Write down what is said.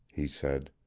he said.